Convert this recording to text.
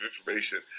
information